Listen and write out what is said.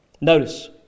Notice